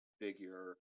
figure